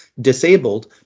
disabled